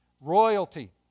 royalty